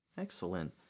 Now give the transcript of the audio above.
Excellent